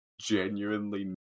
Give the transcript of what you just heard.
genuinely